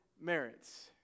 merits